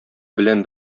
белән